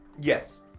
Yes